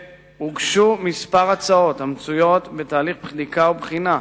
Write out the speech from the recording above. שהוגשו כמה הצעות והן נמצאות בתהליך בדיקה ובחינה,